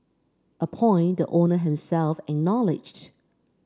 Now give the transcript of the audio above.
a point the owner himself acknowledged